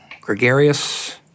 gregarious